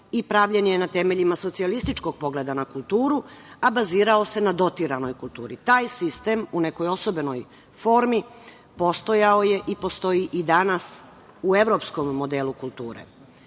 i pravljen je na temeljima socijalističkog pogleda na kulturu, a bazirao se na dotiranoj kulturi. Taj sistem u nekoj osobenoj formi postojao je i postoji i danas u evropskom modelu kulture.